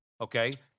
Okay